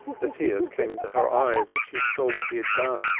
the tears came into her eyes as she saw what he had done.